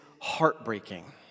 heartbreaking